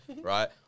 right